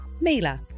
Mila